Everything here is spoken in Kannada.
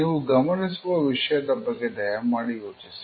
ನೀವು ಗಮನಿಸುವ ವಿಷಯದ ಬಗ್ಗೆ ದಯಮಾಡಿ ಯೋಚಿಸಿ